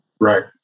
Right